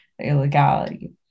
illegality